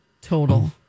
total